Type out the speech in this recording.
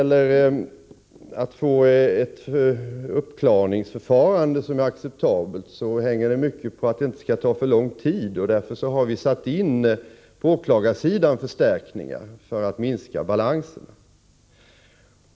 Att få ett uppklarningsförfarande som är acceptabelt hänger mycket på att förfarandet inte skall ta alltför lång tid. Därför har vi på åklagarsidan satt in förstärkningar för att minska balansen.